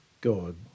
God